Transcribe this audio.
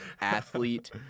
athlete